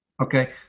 Okay